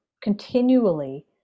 continually